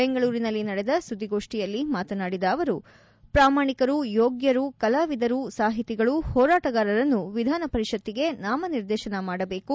ಬೆಂಗಳೂರಿನಲ್ಲಿ ನಡೆದ ಸುದ್ದಿಗೋಷ್ಟಿಯಲ್ಲಿ ಮಾತನಾಡಿದ ಅವರು ಪ್ರಮಾಣಿಕರು ಯೋಗ್ಗರು ಕಲಾವಿದರು ಸಾಹಿತಿಗಳು ಹೋರಾಟಗಾರರನ್ನು ವಿಧಾನ ಪರಿಷತ್ತಿಗೆ ನಾಮ ನಿರ್ದೇಶನ ಮಾಡಬೇಕು